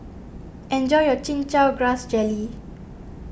enjoy your Chin Chow Grass Jelly